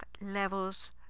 levels